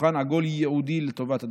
בשולחן עגול ייעודי לטובת הדבר.